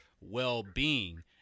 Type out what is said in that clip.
well-being